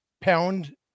pound